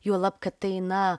juolab kad tai na